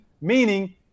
Meaning